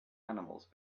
animals